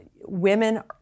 women